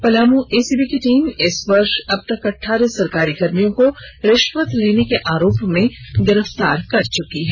Palamu ACB की team इस वर्ष अबतक अठारह सरकारी कर्मियों को रिश्वत लेने के आरोप में गिरफ्तार कर चुकी है